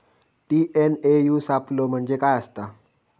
TNAU सापलो म्हणजे काय असतां?